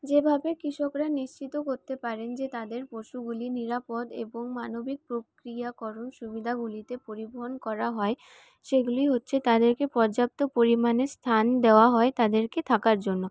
যেভাবে কৃষকরা নিশ্চিত করতে পারেন যে তাদের পশুগুলি নিরাপদ এবং মানবিক প্রক্রিয়াকরণ সুবিধাগুলিতে পরিবহণ করা হয় সেগুলি হচ্ছে তাদেরকে পর্যাপ্ত পরিমাণে স্থান দেওয়া হয় তাদেরকে থাকার জন্য